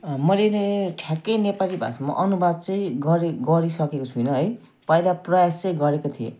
मैले नि ठ्याक्कै नेपाली भाषामा अनुवाद चाहिँ गरि गरिसकेको छुइनँ है पहिला प्रयास चाहिँ गरेको थिएँ